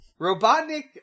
Robotnik